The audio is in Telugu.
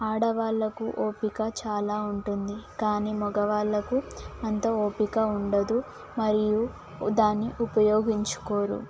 ఆడవాళ్ళకు ఓపిక చాలా ఉంటుంది కానీ మగవాళ్ళకు అంత ఓపిక ఉండదు మరియు దాన్ని ఉపయోగించుకోరు